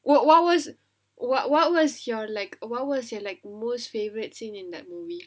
what what was what what was your like what was like your most favourite scene in that movie